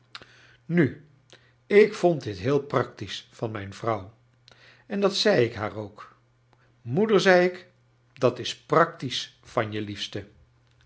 nu ik vorid dit heel practisch van mijn vrouw en dat zei ik haar ook moeder zei ik dat is practisch van je liefste